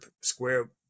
square